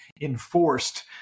enforced